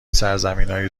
سرزمینای